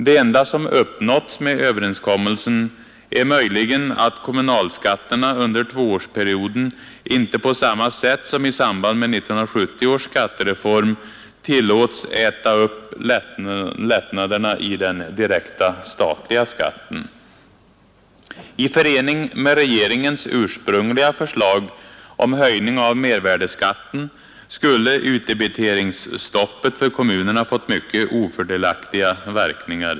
Det enda som uppnåtts med överenskommelsen är möjligen att kommunalskatterna under tvåårsperioden inte på samma sätt som i samband med 1970 års skattereform tillåtes äta upp lättnaderna i den direkta statliga skatten. I förening med regeringens ursprungliga förslag om höjning av mervärdeskatten skulle utdebiteringsstoppet för kommunerna fått mycket ofördelaktiga verkningar.